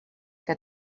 que